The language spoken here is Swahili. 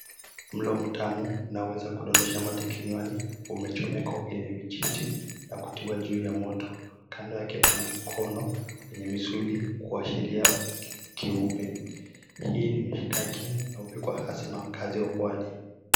Mlo mtamu unaoweza kudondosha mate kinywani umechomekwa kwenye vichiti na kutiiwa juu ya moto kando yake kuna mkono wenye misuli kuashiria kiupe hii ni mishikaki na hupikwa hasa na wakazi wa pwani